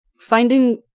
finding